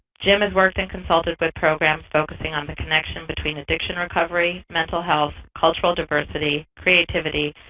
jim has worked and consulted with programs focusing on the connection between addiction recovery, mental health, cultural diversity, creativity,